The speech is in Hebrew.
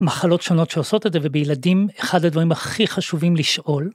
מחלות שונות שעושות את זה ובילדים, אחד הדברים הכי חשובים לשאול.